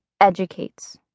educates